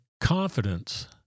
confidence